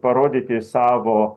parodyti savo